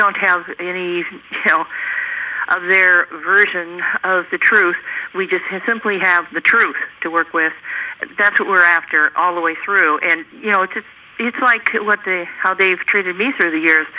don't have any tell their version of the truth we just had simply have the truth to work with that's what we're after all the way through and you know it's it's it's like what they how they've treated me through the years